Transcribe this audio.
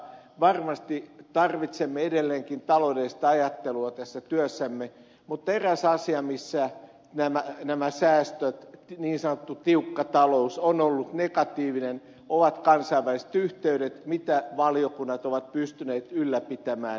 varmasti tarvitsemme edelleenkin taloudellista ajattelua tässä työssämme mutta eräs asia missä tämä niin sanottu tiukka talous on vaikuttanut negatiivisesti on kansainväliset yhteydet joita valiokunnat ovat pystyneet ylläpitämään